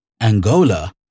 Angola